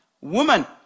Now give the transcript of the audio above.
Woman